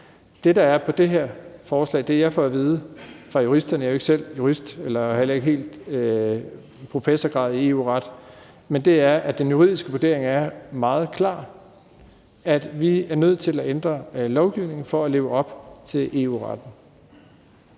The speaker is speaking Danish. vurdering er meget klar, nemlig at vi er nødt til at ændre lovgivningen for at leve op til EU-retten.